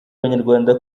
abanyarwanda